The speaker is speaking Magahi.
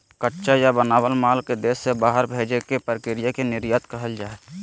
कच्चा या बनल माल देश से बाहर भेजे के प्रक्रिया के निर्यात कहल जा हय